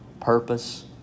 purpose